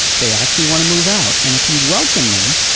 they actually want to move out, and if you welcome them,